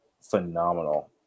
phenomenal